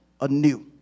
anew